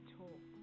talk